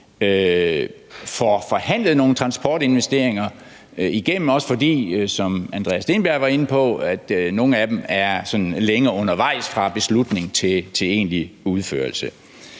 får forhandlet nogle transportinvesteringer igennem, også fordi nogle af dem, som Andreas Steenberg var inde på, er længe undervejs fra beslutning til egentlig udførelse.